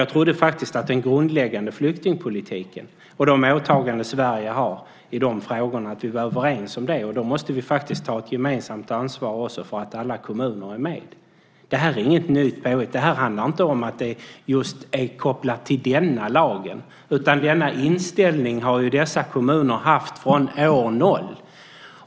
Jag trodde faktiskt att vi var överens om den grundläggande flyktingpolitiken och de åtaganden som Sverige har i dessa frågor. Då måste vi också ta ett gemensamt ansvar för att alla kommuner är med. Detta är inget nytt påhitt. Detta handlar inte om att det är kopplat just till denna lag, utan denna inställning har dessa kommuner haft från år 0.